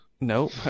Nope